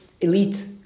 elite